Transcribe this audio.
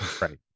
right